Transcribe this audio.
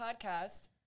Podcast